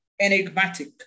enigmatic